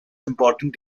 important